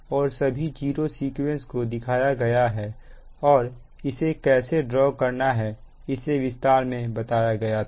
और सभी zero sequence को दिखाया गया है और इसे कैसे ड्रॉ करना है इसे विस्तार में बताया गया था